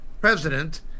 president